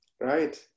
Right